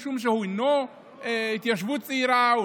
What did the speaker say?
משום שאינו על התיישבות צעירה או